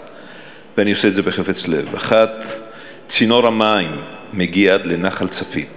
ואני עושה את זה בחפץ לב: 1. צינור המים מגיע עד לנחל צפית